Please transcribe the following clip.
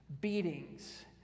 beatings